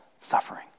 suffering